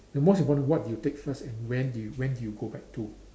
the most important what you take first and when do you when do you go back to